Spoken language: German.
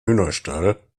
hühnerstall